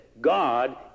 God